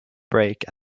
brake